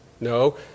No